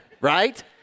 right